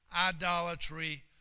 idolatry